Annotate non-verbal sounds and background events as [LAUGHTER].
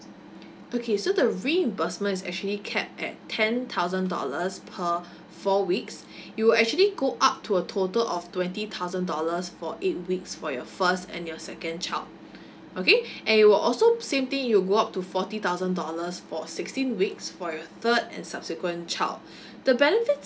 okay so the reimbursement is actually capped at ten thousand dollars per four weeks it will actually go up to a total of twenty thousand dollars for eight weeks for your first and your second child [BREATH] okay and it will also same thing it will go up to forty thousand dollars for sixteen weeks for your third and subsequent child [BREATH] the benefits